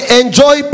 enjoy